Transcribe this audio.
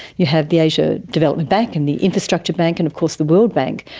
you have the asia development bank and the infrastructure bank and of course the world bank,